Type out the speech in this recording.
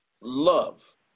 love